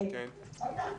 לכולם.